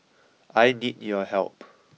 I need your help